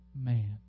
man